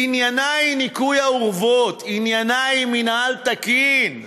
ענייניי ניקוי האורוות, ענייניי מינהל תקין.